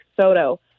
Soto